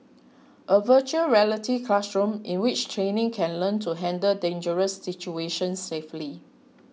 a Virtual Reality classroom in which trainees can learn to handle dangerous situations safely